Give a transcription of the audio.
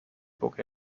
book